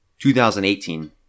2018